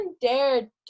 dared